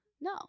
No